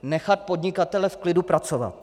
Nechat podnikatele v klidu pracovat.